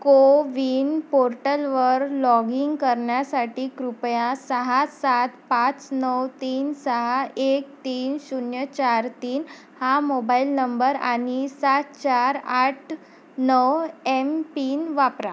कोविन पोर्टलवर log in करण्यासाठी कृपया सहा सात पाच नऊ तीन सहा एक तीन शून्य चार तीन हा मोबाईल नंबर आणि सात चार आठ नऊ एमपिन वापरा